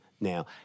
now